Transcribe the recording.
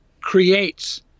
creates